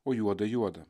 o juoda juoda